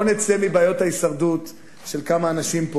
בוא נצא מבעיות ההישרדות של כמה אנשים פה